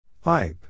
Pipe